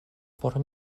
por